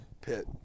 Pit